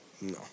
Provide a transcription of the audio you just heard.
No